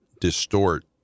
distort